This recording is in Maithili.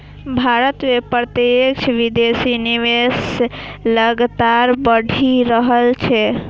भारत मे प्रत्यक्ष विदेशी निवेश लगातार बढ़ि रहल छै